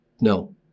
No